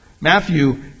Matthew